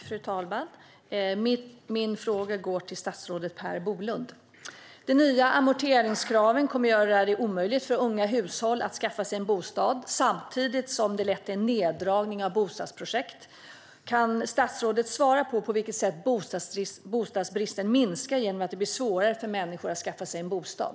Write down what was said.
Fru talman! Min fråga går till statsrådet Per Bolund. De nya amorteringskraven kommer att göra det omöjligt för unga hushåll att skaffa sig en bostad samtidigt som de lett till neddragning av bostadsprojekt. Kan statsrådet svara på frågan på vilket sätt bostadsbristen minskar genom att det blir svårare för människor att skaffa sig en bostad.